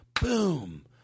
Boom